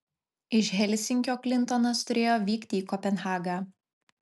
iš helsinkio klintonas turėjo vykti į kopenhagą